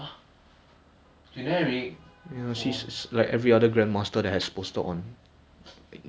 unless right unless right got got some hypers I know right they consistently every game M_V_P after analytics